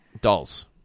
Dolls